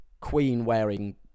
queen-wearing